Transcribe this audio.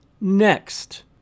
Next